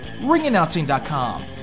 Ringannouncing.com